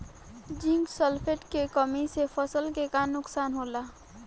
Zinc sulphate के कमी से फसल के का नुकसान होला?